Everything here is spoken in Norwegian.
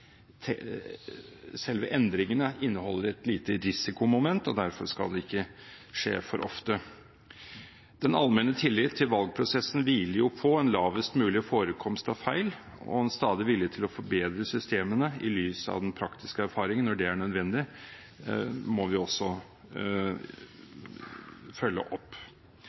endringene inneholder et lite risikomoment, og derfor skal det ikke skje for ofte. Den allmenne tillit til valgprosessen hviler jo på en lavest mulig forekomst av feil, og en stadig vilje til å forbedre systemene i lys av den praktiske erfaringen når det er nødvendig, må vi også følge opp.